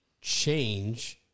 change